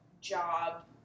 job